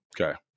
Okay